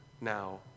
now